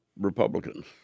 Republicans